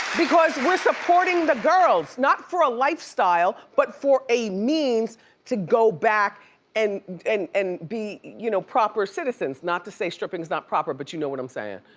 because we're supporting the girls, not for a lifestyle but for a means to go back and and and be you know proper citizens. not to say stripping's not proper but you know what i'm sayin'.